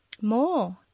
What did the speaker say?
more